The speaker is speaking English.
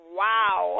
wow